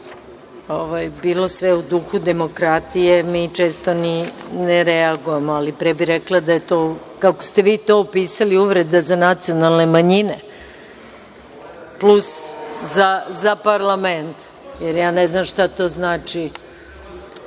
bilo sve u duhu demokratije, mi često ne reagujemo, ali pre bih rekla da je to, kako ste vi to opisali uvreda za nacionalne manjine, plus za parlament jer ja ne znam šta to znači